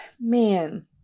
man